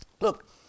Look